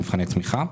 למבחני תמיכה.